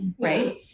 right